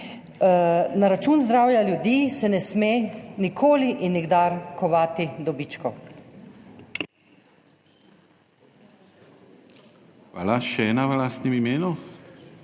Na račun zdravja ljudi se ne sme nikoli in nikdar kovati dobičkov.